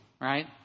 right